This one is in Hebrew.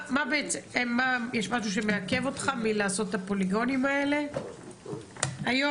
יש משהו שמעכב אותך מלעשות את הפוליגונים האלה היום?